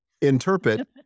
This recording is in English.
Interpret